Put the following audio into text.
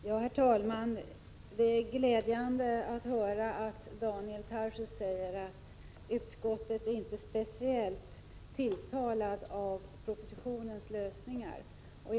Herr talman! Det är glädjande att Daniel Tarschys säger att utskottet inte är speciellt tilltalat av lösningen i propositionen.